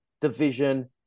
division